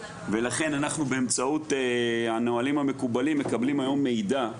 ולכן אנחנו באמצעות הנהלים המקובלים מקבלים היום מידע,